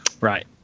right